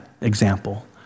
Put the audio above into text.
example